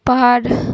पर